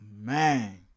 man